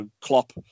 Klopp